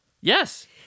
yes